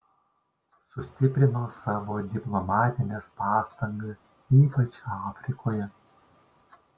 sustiprino savo diplomatines pastangas ypač afrikoje